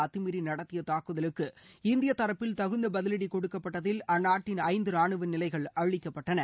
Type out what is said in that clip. அத்துமீறி நடத்திய தாக்குதலுக்கு இந்திய தரப்பில் தகுந்த பதிவடி கொடுக்கப்பட்டதில் அந்நாட்டின் ஐந்து ராணுவ நிலைகள் அழிக்கப்பட்டன